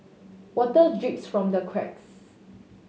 water drips from the cracks